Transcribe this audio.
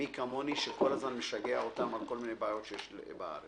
מי כמוני שכל הזמן משגע אותם על כל מיני בעיות שיש בארץ.